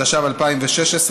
התשע"ו 2016,